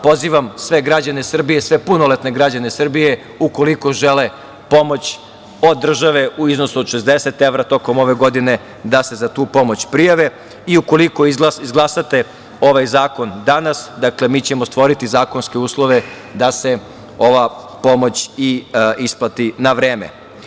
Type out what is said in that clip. Pozivam sve građane Srbije, sve punoletne građane Srbije ukoliko žele pomoć od države u iznosu od 60 evra tokom ove godine da se za tu pomoć prijave i ukoliko izglasate ovaj zakon danas, dakle, mi ćemo stvoriti zakonske uslove da se ova pomoć i isplati na vreme.